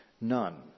None